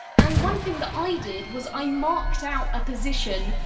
and one thing that i did was i marked out a position,